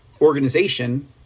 organization